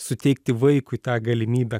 suteikti vaikui tą galimybę